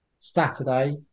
saturday